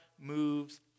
moves